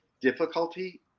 difficulty